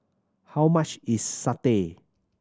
how much is satay